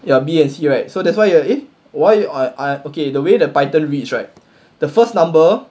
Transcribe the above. ya B and C right so that's why ya eh why you I I okay the way the python reach right the first number